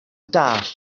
deall